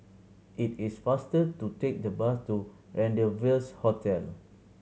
it is faster to take the bus to Rendezvous Hotel